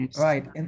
right